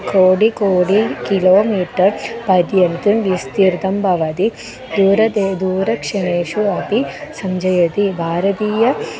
खोडि कोडि किलोमीटर् पर्यन्तं विस्तीर्णं भवदि दूरे दूरक्षणेषु अपि सञ्चयति भारतीय